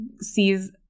sees